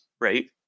right